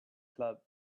club